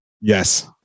Yes